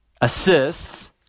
assists